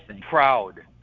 proud